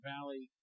Valley